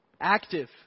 Active